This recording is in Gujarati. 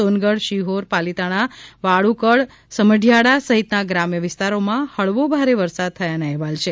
સોનગઢ શિહોર પલીતાણા વાળુકડ સમઢિયાળા સહિતના ગ્રામ્ય વિસ્તારોમાં ફળવો ભારે વરસાદ થઈ ગયાના હેવાલ છે